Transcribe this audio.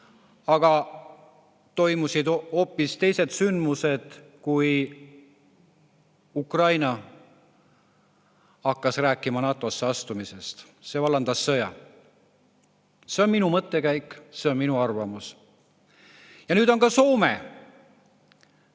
aga toimusid hoopis teised sündmused, kui Ukraina hakkas rääkima NATO‑sse astumisest – see vallandas sõja. See on minu mõttekäik, see on minu arvamus. Ja nüüd on ka Soome